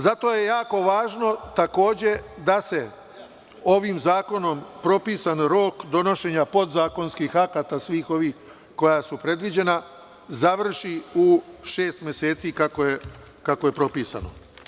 Zato je jako važno, takođe, da se ovim zakonom propisan rok donošenja podzakonskih akata, svih ovih koja su predviđena, završi u šest meseci kako je propisano.